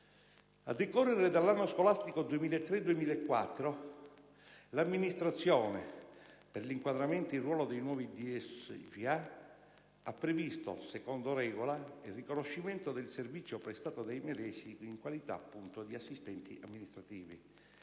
A decorrere dall'anno scolastico 2003/2004 l'amministrazione, per l'inquadramento in ruolo dei nuovi DSGA, ha previsto, secondo regola, il riconoscimento del servizio prestato dai medesimi in qualità, appunto, di assistenti amministrativi.